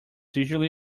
usually